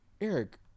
Eric